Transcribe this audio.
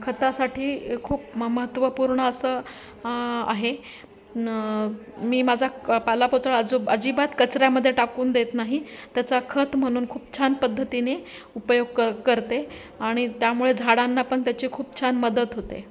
खतासाठी खूप म महत्त्वपूर्ण असं आहे न मी माझा पालापाचोळा अजूब अजिबात कचऱ्यामध्ये टाकून देत नाही त्याचा खत म्हणून खूप छान पद्धतीने उपयोग क करते आणि त्यामुळे झाडांना पण त्याची खूप छान मदत होते